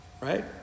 right